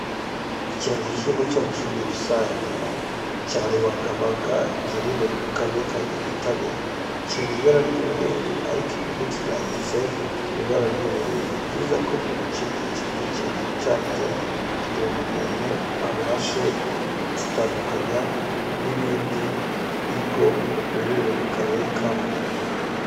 Ikirango cy'ikigo cy'amashuri y'uburezi rusange cya Rubagabaga giherereye mu Karere ka Nyagatare. Kiri mu ibara ry'umweru ariko inyuguti zanditse mu ibara ry'ubururu. Ni byiza ko buri kigo kigira ikirango cyacyo kugira ngo umuntu abashe kugitandukanya n'ibindi bigo biherereye mu karere kamwe.